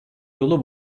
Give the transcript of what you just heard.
yolu